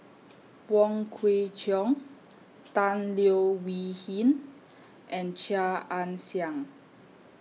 Wong Kwei Cheong Tan Leo Wee Hin and Chia Ann Siang